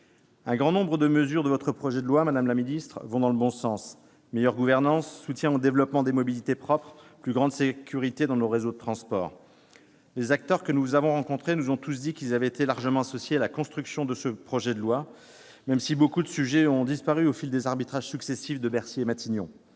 Un grand nombre de mesures de votre projet de loi vont dans le bon sens : meilleure gouvernance, soutien au développement des mobilités propres, plus grande sécurité dans nos réseaux de transport. Les acteurs que nous avons rencontrés nous ont tous dit qu'ils avaient été largement associés à la construction de texte, même si beaucoup de sujets ont disparu au fil des arbitrages successifs de Bercy et de Matignon.